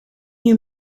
you